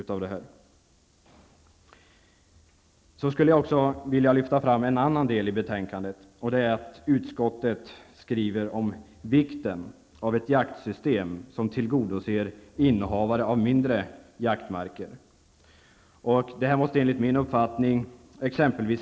Jag skulle vilja lyfta fram en annan del av betänkandet, nämligen där utskottet skriver om vikten av ett jaktsystem som tillgodoser innehavare av mindre jaktmarker. Det måste enligt min uppfattningt.ex.